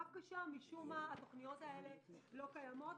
ודווקא שם התוכניות הללו לא קיימות.